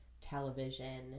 television